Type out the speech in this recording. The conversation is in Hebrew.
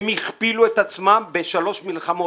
הם הכפילו את עצמם בשלוש מלחמות,